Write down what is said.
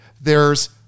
There's-